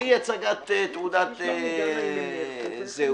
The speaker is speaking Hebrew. מאי הצגת תעודת זהות.